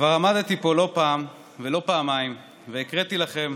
כבר עמדתי פה לא פעם ולא פעמיים והקראתי לכם